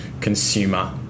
consumer